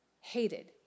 hated